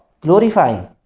glorifying